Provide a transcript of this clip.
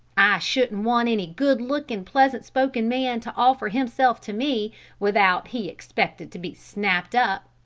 i shouldn't want any good-lookin', pleasant-spoken man to offer himself to me without he expected to be snapped up,